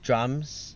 drums